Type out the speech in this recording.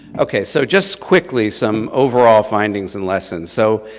okay, so just quickly, some overall findings and lessons. so,